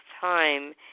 time